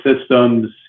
systems